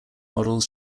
models